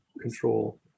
control